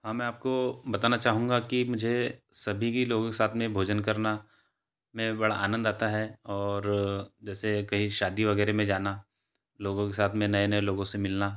हाँ मैं आपको बताना चाहूँगा कि मुझे सभी की लोगों के साथ में भोजन करना में बड़ा आनंद आता है और जैसे कहीं शादी वगैरह में जाना लोगों के साथ में नए नए लोगों से मिलना